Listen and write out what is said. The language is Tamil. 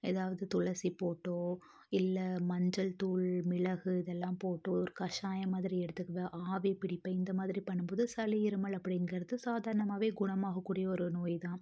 எதாவது துளசி போட்டு இல்லை மஞ்சள் தூள் மிளகு இதெல்லாம் போட்டு ஒரு கசாயம் மாதிரி எடுத்துக்குவேன் ஆவி பிடிப்பேன் இந்த மாதிரி பண்ணும் போது சளி இருமல் அப்படிங்கிறது சாதாரணமாகவே குணமாகக்கூடிய ஒரு நோய் தான்